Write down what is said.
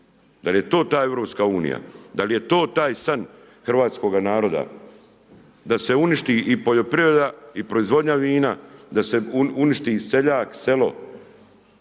Da li je to ta EU, da li je to taj san hrvatskoga naroda da se uništi i poljoprivreda i proizvodnja vina, da se uništi seljak, selo?